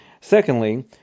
Secondly